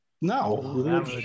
no